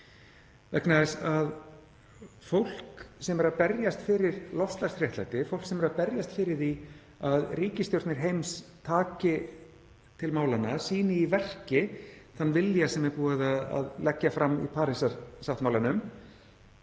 vegna þess að fólk sem er að berjast fyrir loftslagsréttlæti, fólk sem er að berjast fyrir því að ríkisstjórnir heims taki til málanna og sýni í verki þann vilja sem er búið að leggja fram í Parísarsáttmálanum,